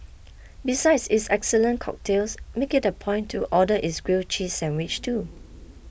besides its excellent cocktails make it a point to order its grilled cheese sandwich too